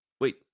Wait